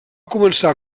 començar